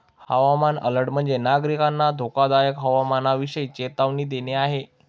हवामान अलर्ट म्हणजे, नागरिकांना धोकादायक हवामानाविषयी चेतावणी देणे आहे